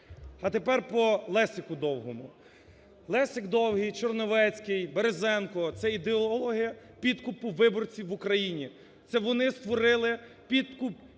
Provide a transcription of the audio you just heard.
А тепер по Лесику Довгому. Лесик Довгий, Черновецький, Березенко – це ідеологи підкупу виборців в Україні. Це вони створили підкуп